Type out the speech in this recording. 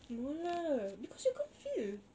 no lah because you can't feel